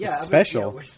Special